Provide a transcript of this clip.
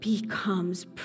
becomes